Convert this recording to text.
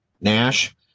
NASH